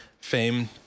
fame